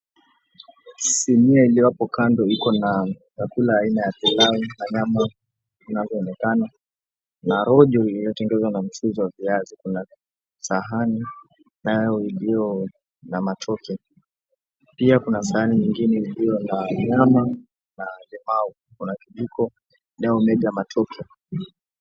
Sinia iliyo hapo kando iko na chakula aina ya pilau na nyama inavyoonekana na rojo iliyotengenezwa na mchuzi wa viazi. Kuna sahani nayo iliyo na matoke. Pia kuna sahani nyingine iliyo na nyama na limau. Kuna kijiko inayo mega matoke.